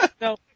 No